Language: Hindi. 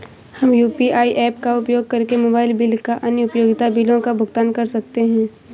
हम यू.पी.आई ऐप्स का उपयोग करके मोबाइल बिल और अन्य उपयोगिता बिलों का भुगतान कर सकते हैं